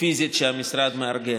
שהמשרד מארגן.